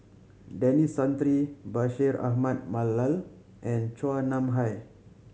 Denis Santry Bashir Ahmad Mallal and Chua Nam Hai